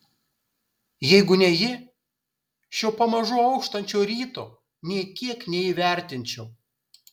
jeigu ne ji šio pamažu auštančio ryto nė kiek neįvertinčiau